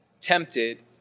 tempted